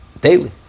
daily